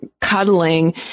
cuddling